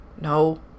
No